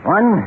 One